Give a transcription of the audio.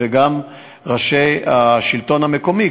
וגם ראשי השלטון המקומי,